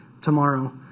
tomorrow